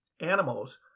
animals